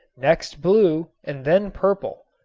next blue and then purple.